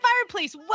fireplace